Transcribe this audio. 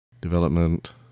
Development